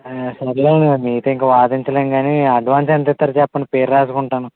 సర్లే మీతో ఇంక వాదించలేను కానీ అడ్వాన్స్ ఎంత ఇస్తారు చెప్పండి పేరు రాసుకుంటాను